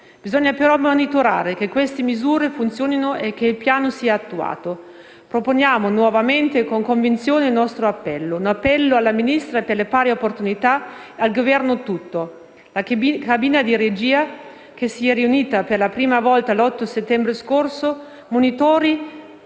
Bisogna però monitorare che queste misure funzionino e che il piano sia attuato. Proponiamo nuovamente e con convinzione il nostro appello alla Ministra per le pari opportunità e al Governo tutto: la cabina di regia, che si è riunita per la prima volta l'8 settembre scorso, monitori